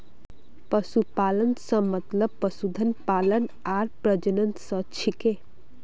पशुपालन स मतलब पशुधन पालन आर प्रजनन स छिके